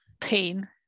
pain